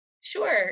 Sure